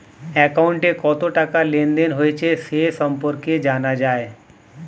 অ্যাকাউন্টে কত টাকা লেনদেন হয়েছে সে সম্পর্কে জানা যায়